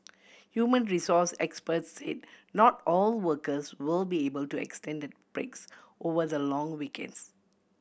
human resource experts say not all workers will be able to extended breaks over the long weekends